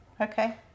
Okay